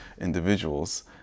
individuals